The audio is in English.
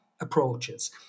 approaches